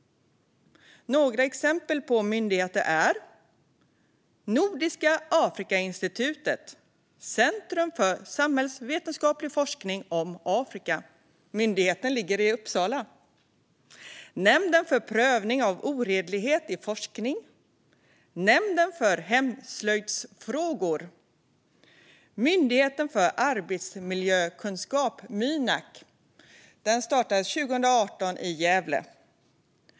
En myndighet är Nordiska Afrikainstitutet, som är centrum för samhällsvetenskaplig forskning om Afrika. Denna myndighet ligger i Uppsala. Andra exempel på myndigheter är Nämnden för prövning av oredlighet i forskning, Nämnden för hemslöjdsfrågor och Myndigheten för arbetsmiljökunskap, Mynak, som startades 2018 i Gävle.